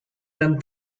than